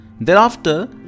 Thereafter